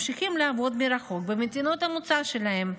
ממשיכים לעבוד מרחוק במדינות המוצא שלהם.